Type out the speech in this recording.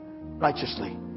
righteously